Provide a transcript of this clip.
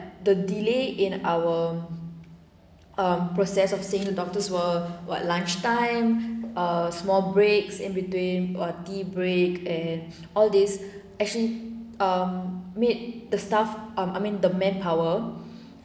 the delay in our uh process of seeing the doctors were what lunchtime uh small breaks in between or tea break and all these actually err made the staff um I mean the manpower